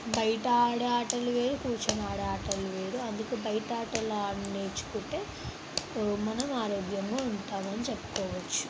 బయట ఆడే ఆటలు వేరు కూర్చోని ఆడే ఆటలు వేరు అందుకే బయట ఆటలు నేర్చుకుంటే మనం ఆరోగ్యంగా ఉంటాము అని చెప్పుకోవచ్చు